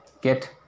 get